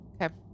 Okay